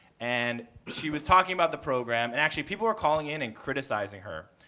and she was talking about the program. and actually people were calling in and criticizing her.